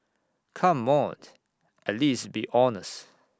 come on at least be honest